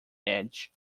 edge